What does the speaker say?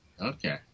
Okay